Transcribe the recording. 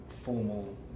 formal